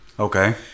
Okay